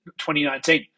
2019